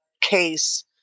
case